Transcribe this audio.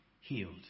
healed